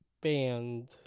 band